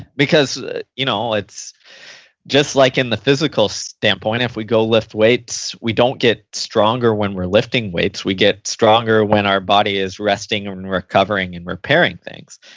because you know it's just like in the physical standpoint, if we go lift weights, we don't get stronger when we're lifting weights, we get stronger when our body is resting and and recovering and repairing things.